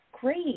great